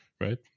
right